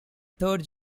third